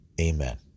Amen